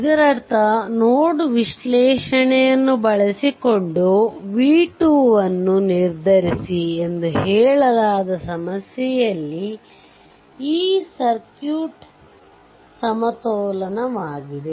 ಇದರರ್ಥ ನೋಡ್ ವಿಶ್ಲೇಷಣೆಯನ್ನು ಬಳಸಿಕೊಂಡು v2 ಅನ್ನು ನಿರ್ಧರಿಸಿ ಎಂದು ಹೇಳಲಾದ ಸಮಸ್ಯೆಯಲ್ಲಿ ಈ ಸರ್ಕ್ಯೂಟ್ ಸಮತೋಲಿತವಾಗಿದೆ